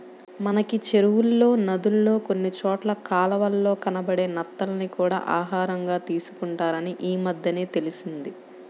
మనకి చెరువుల్లో, నదుల్లో కొన్ని చోట్ల కాలవల్లో కనబడే నత్తల్ని కూడా ఆహారంగా తీసుకుంటారని ఈమద్దెనే తెలిసింది